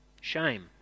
Shame